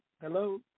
hello